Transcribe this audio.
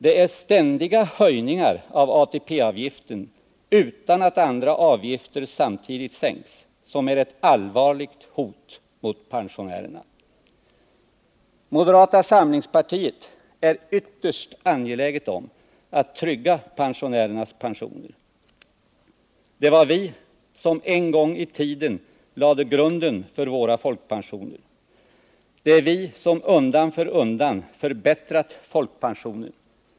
Det är ständiga höjningar av ATP-avgiften utan att andra avgifter samtidigt sänks som är ett allvarligt hot mot pensionärerna. Moderata samlingspartiet är ytterst angeläget om att trygga pensionärernas pensioner. Det var vi som en gång i tiden lade grunden för våra folkpensioner. Det är vi som undan för undan har förbättrat folkpensionen.